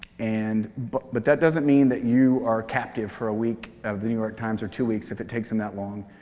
and but but that doesn't mean that you are captive for a week of the new york times or two weeks if it takes them that long.